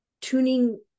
tuning